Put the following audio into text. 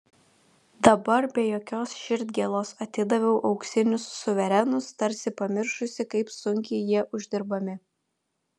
dabar be jokios širdgėlos atidaviau auksinius suverenus tarsi pamiršusi kaip sunkiai jie uždirbami